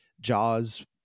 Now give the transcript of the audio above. Jaws